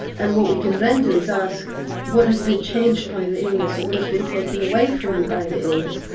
and what we can then do is ask what has been changed by the illness, or what has been taken away from me by the illness,